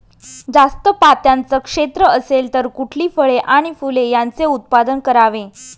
जास्त पात्याचं क्षेत्र असेल तर कुठली फळे आणि फूले यांचे उत्पादन करावे?